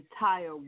entire